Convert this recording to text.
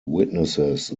witnesses